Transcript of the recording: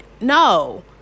No